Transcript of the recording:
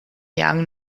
young